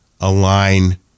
align